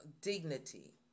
dignity